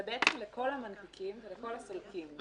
זה בעצם לכל המנפיקים ולכל הסולקים.